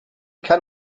kann